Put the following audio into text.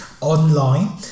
online